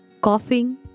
Coughing